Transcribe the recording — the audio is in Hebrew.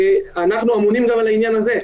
ואנחנו אמונים גם על העניין הזה.